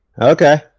Okay